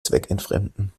zweckentfremden